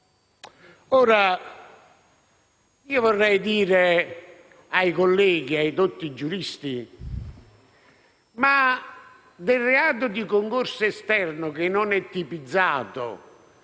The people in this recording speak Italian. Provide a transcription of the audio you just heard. Ora, io vorrei dire ai colleghi e ai dotti giuristi: ma del reato di concorso esterno che non è tipizzato,